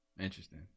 interesting